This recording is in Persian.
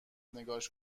نگاش